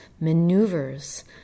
maneuvers